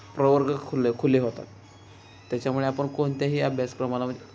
प्रवर्ग खुले खुले होतात त्याच्यामुळे आपण कोणत्याही अभ्यासप्रमाणामध्ये